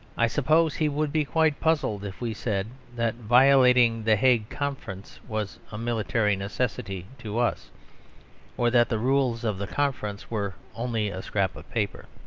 i suppose he would be quite puzzled if we said that violating the hague conference was a military necessity to us or that the rules of the conference were only a scrap of paper.